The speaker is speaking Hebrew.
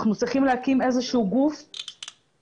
אנחנו צריכים להקים איזשהו גוף אכיפה,